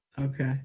okay